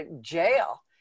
jail